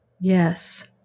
Yes